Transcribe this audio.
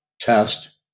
test